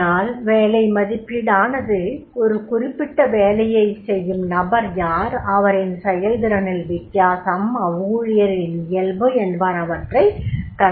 ஆனால் வேலை மதிப்பீடானது ஒரு குறிப்பிட்ட வேலையைச் செய்யும் நபர் யார் அவரின் செயல்திறனில் வித்தியாசம் அவ்வூழியரின் இயல்பு என்பனவற்றை கவனத்தில் கொள்வதில்லை